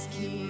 Keep